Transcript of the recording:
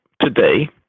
today